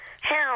Hell